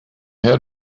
had